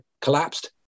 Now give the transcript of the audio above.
collapsed